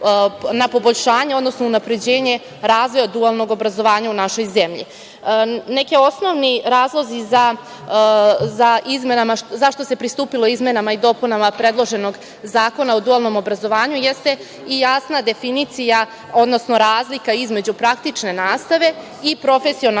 na poboljšanje, odnosno unapređenje razvoja dualnog obrazovanja u našoj zemlji. Neki osnovni razlozi zašto se pristupilo izmenama i dopunama predloženog Zakona o dualnom obrazovanja jeste i jasna definicija, odnosno razlika između praktične nastave i profesionalne